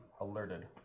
alerted